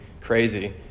crazy